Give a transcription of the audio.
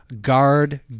guard